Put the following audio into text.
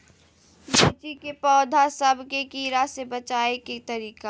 मिर्ची के पौधा सब के कीड़ा से बचाय के तरीका?